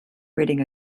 ridding